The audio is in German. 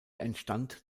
entstand